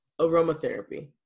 aromatherapy